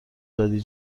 دادی